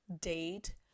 date